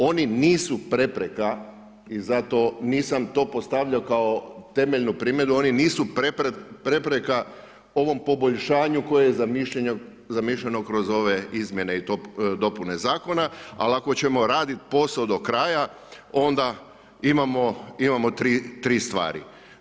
Oni nisu prepreka i zato nisam to postavljao kao temeljnu primjedbu, oni nisu prepreka ovom poboljšanju koje je zamišljeno kroz ove izmjene i dopune zakona, ali ako ćemo radit posao do kraja, onda imamo 3 stvari.